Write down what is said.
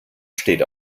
steht